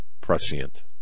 prescient